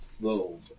little